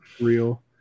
Real